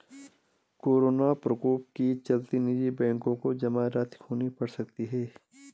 corona प्रकोप के चलते निजी बैंकों को जमा राशि खोनी पढ़ सकती है